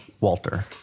Walter